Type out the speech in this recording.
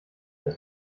das